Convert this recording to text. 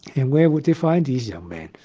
and where would they find these young men?